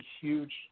huge